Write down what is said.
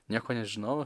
nieko nežinau